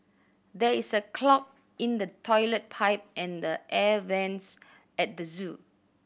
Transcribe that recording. there is a clog in the toilet pipe and the air vents at the zoo